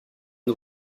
une